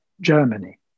Germany